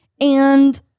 And-